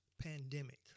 pandemic